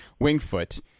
Wingfoot